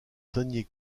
dernier